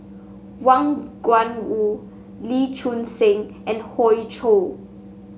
Wang Gungwu Lee Choon Seng and Hoey Choo